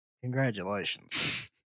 congratulations